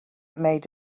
made